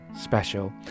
special